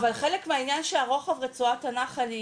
אבל חלק מהעניין שרוחב רצועת הנחל היא